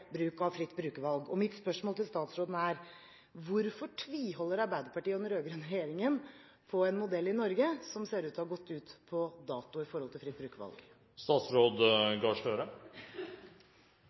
bruk av fritt brukervalg. Mitt spørsmål til statsråden er: Hvorfor tviholder Arbeiderpartiet og den rød-grønne regjeringen på en modell for fritt brukervalg i Norge som ser ut til å ha gått ut på dato?